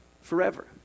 forever